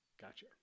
Gotcha